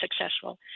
successful